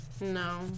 No